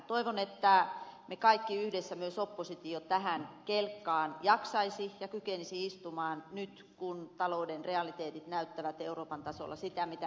toivon että me kaikki yhdessä myös oppositio tähän kelkkaan jaksaisimme ja kykenisimme istumaan nyt kun talouden realiteetit näyttävät euroopan tasolla sitä mitä näyttävät